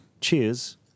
Cheers